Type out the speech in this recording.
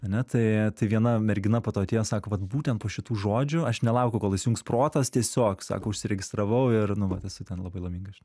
ane tai viena mergina po to atėjo sako vat būtent po šitų žodžių aš nelaukiau kol įsijungs protas tiesiog sako užsiregistravau ir nu vat esu ten labai laiminga